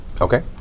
Okay